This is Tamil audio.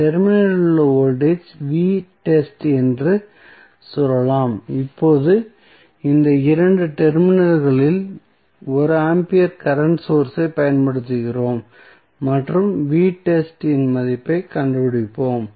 டெர்மினலில் உள்ள வோல்டேஜ் என்று சொல்லலாம் மேலும் இந்த 2 டெர்மினல்களில் 1 ஆம்பியர் கரண்ட் சோர்ஸ் ஐப் பயன்படுத்துகிறோம் மற்றும் இன் மதிப்பைக் கண்டுபிடிப்போம்